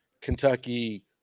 Kentucky